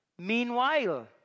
Meanwhile